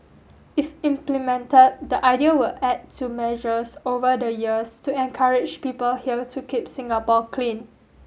if implemented the idea will add to measures over the years to encourage people here to keep Singapore clean